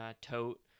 tote